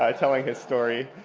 um telling his story.